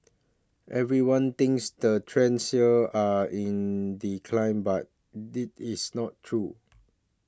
everyone thinks the trades here are in decline but this is not true